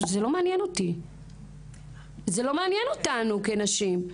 זה לא מעניין אותנו כנשים.